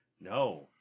No